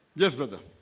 yes, brother